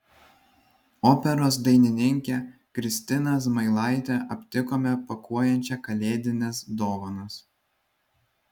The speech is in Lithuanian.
operos dainininkę kristiną zmailaitę aptikome pakuojančią kalėdines dovanas